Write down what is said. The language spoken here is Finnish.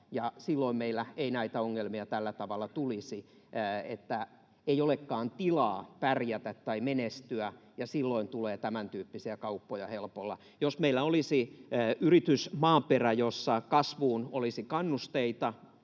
Silloin meillä ei näitä ongelmia tällä tavalla tulisi, että ei olekaan tilaa pärjätä tai menestyä, jolloin tulee tämäntyyppisiä kauppoja helpolla. Jos meillä olisi yritysmaaperä, jossa kasvuun olisi kannusteita,